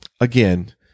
Again